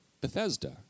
Bethesda